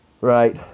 Right